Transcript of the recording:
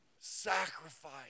sacrifice